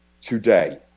today